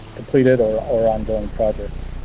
completed or or ongoing projects.